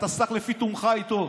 אתה סח לפי תומך איתו.